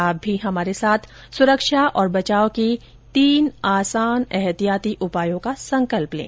आप भी हमारे साथ सुरक्षा और बचाव के तीन आसान एहतियाती उपायों का संकल्प लें